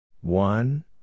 One